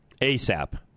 ASAP